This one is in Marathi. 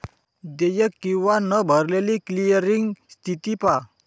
देयक किंवा न भरलेली क्लिअरिंग स्थिती पहा